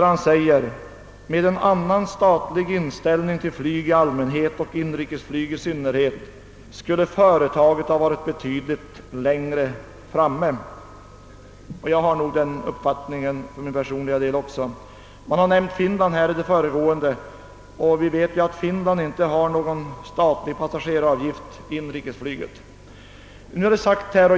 Han säger: »Men med en annan statlig inställning till flyg i allmänhet och inrikesflyg i synnerhet skulle företaget ha varit betydligt längre framme.» Jag har personligen samma uppfattning. I den debatt som förts här har även Finland nämnts, och där har man inga statliga passageraravgifter i inrikesflyget.